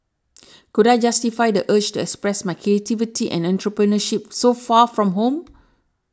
could I justify the urge to express my creativity and entrepreneurship so far from home